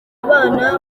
abana